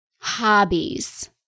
hobbies